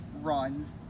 runs